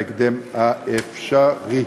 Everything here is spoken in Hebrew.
בהקדם האפשרי.